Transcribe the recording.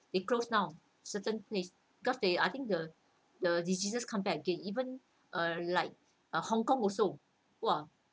they close now certain place because they I think the the diseases come back again even uh like uh Hong-Kong also !wah!